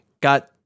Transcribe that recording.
got